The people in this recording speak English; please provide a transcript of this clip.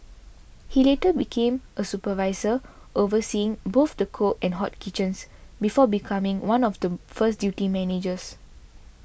he later became a supervisor overseeing both the cold and hot kitchens before becoming one of the first duty managers